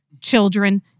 children